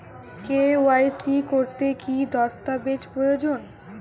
KYC করতে কি দস্তাবেজ প্রয়োজন?